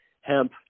hemp